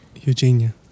Eugenia